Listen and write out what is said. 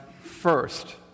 first